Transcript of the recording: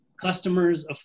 customers